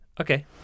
Okay